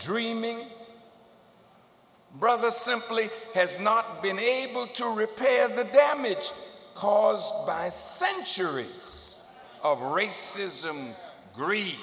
dreaming brother simply has not been able to repair the damage caused by centuries of racism greed